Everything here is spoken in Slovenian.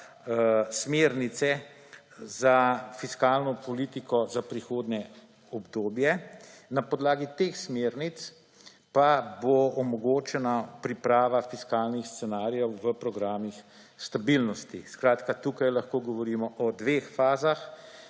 smernice za fiskalno politiko za prihodnje obdobje. Na podlagi teh smernic pa bo omogočena priprava fiskalnih scenarijev v programih stabilnosti. Skratka, tu lahko govorimo o dveh fazah.